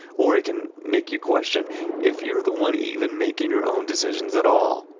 or it can make you question if you're the one even making your own decisions at all.